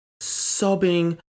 sobbing